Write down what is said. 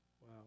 Wow